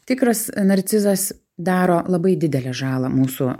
tikras narcizas daro labai didelę žalą mūsų